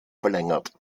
verlängert